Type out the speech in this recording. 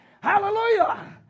Hallelujah